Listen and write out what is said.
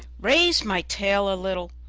raised my tail a little,